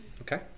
okay